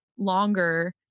longer